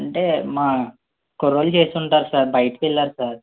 అంటే మా కుర్రోలు చేసుంటారు సార్ బయటకు వెళ్ళారు సార్